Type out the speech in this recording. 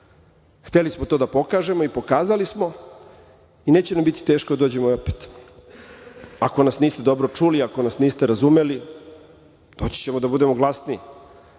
smo to da pokažemo i pokazali smo i neće nam biti teško da dođemo opet. Ako nas niste dobro čuli, ako nas niste razumeli, doći ćemo da budemo glasniji.